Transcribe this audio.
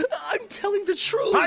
i'm telling the truth!